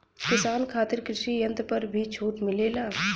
किसान खातिर कृषि यंत्र पर भी छूट मिलेला?